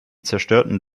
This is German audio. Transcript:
zerstörten